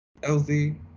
lz